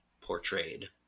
portrayed